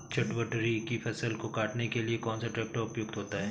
चटवटरी की फसल को काटने के लिए कौन सा ट्रैक्टर उपयुक्त होता है?